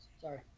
Sorry